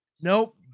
nope